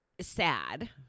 sad